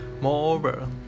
Moreover